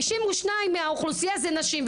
52% מהאוכלוסייה הם נשים,